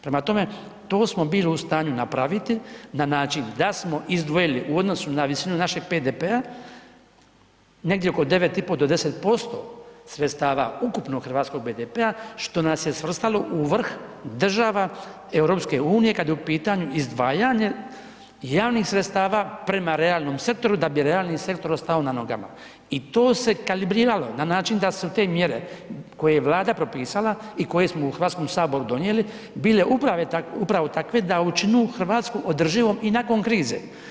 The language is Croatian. Prema tome, to smo bili u stanju napraviti na način da smo izdvojili u odnosu na visinu BDP-a negdje oko 9,5 do 10% sredstava ukupnog hrvatskog BDP-a što nas se svrstalo u vrh država EU kad je u pitanju izdvajanje javnih sredstava prema realnom sektoru da bi realni sektor ostao na nogama i to se kalibriralo na način da su te mjere koje je Vlada propisala i koje smo u HS-u donijeli, bile upravo takve da učine Hrvatsku održivom i nakon krize.